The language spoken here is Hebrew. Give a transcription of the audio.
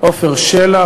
עפר שלח,